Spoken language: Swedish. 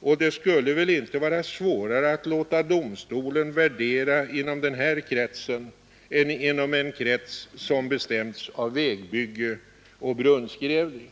och det skulle väl inte vara svårare att låta domstolen värdera inom den här kretsen än inom en krets som bestämts av vägbygge och brunnsgrävning.